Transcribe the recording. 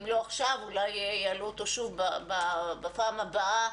אם לא עכשיו, אולי יעלו אותו שוב בפעם הבאה.